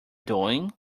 doing